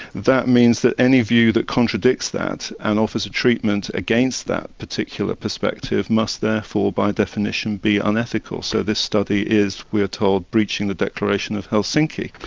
that means that any view that contradicts that and offers a treatment against that particular perspective must therefore by definition be unethical. so this study is, we are told, breaching the declaration of helsinki.